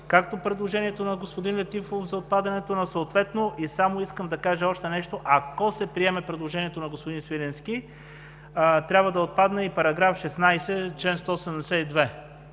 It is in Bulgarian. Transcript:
както предложението на господин Летифов за отпадането на „съответно“. Искам да кажа още нещо. Ако се приеме предложението на господин Свиленски, трябва да отпадне и § 16, чл. 172,